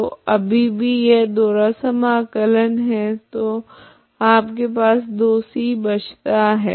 तो अभी भी यह दोहरा समाकलन है तो आपके पास 2c बचाता है